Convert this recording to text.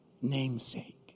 namesake